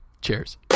Cheers